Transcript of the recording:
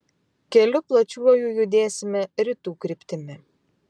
keliu plačiuoju judėsime rytų kryptimi